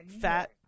fat